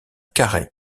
carré